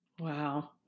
Wow